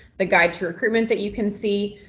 the guide to recruitment that you can see,